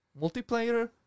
Multiplayer